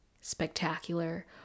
spectacular